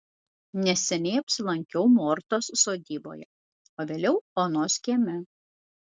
neseniai apsilankiau mortos sodyboje o vėliau onos kieme